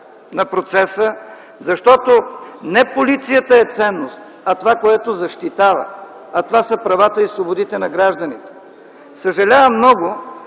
на процеса, защото не полицията е ценност, а това, което защитава, а това са правата и свободите на гражданите. Съжалявам много,